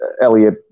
Elliot